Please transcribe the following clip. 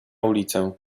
ulicę